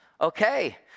okay